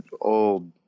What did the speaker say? old